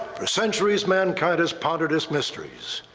for centuries, mankind has pondered its mysteries.